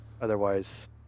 otherwise